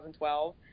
2012